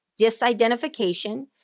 disidentification